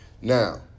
Now